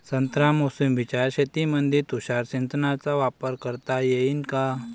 संत्रा मोसंबीच्या शेतामंदी तुषार सिंचनचा वापर करता येईन का?